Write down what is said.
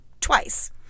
twice